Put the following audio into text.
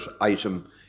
item